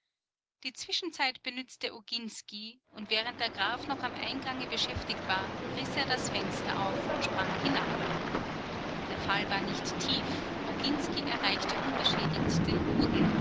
die zwischenzeit benützte oginsky und während der graf noch am eingange beschäftigt war riß er das fenster auf und sprang hinab der fall war nicht tief oginsky erreichte unbeschädigt den boden